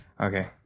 Okay